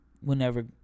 whenever